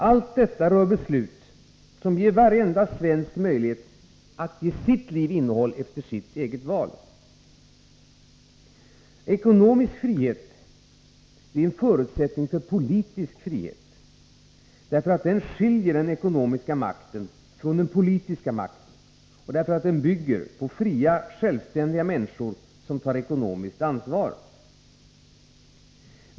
Allt detta rör beslut som ger varje svensk möjlighet att ge sitt liv ett innehåll efter eget val. Ekonomisk frihet är en förutsättning för politisk frihet, därför att den skiljer den ekonomiska makten från den politiska makten och därför att den bygger på fria självständiga människor, som tar ekonomiskt ansvar.